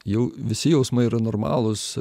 jau visi jausmai yra normalūs